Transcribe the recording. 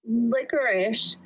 licorice